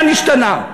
מה נשתנה?